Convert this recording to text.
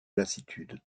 lassitude